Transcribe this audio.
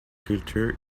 culture